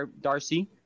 Darcy